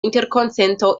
interkonsento